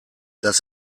das